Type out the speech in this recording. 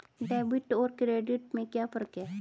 Debit और credit में क्या फर्क है?